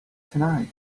tonight